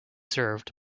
served